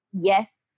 yes